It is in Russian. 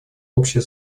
общая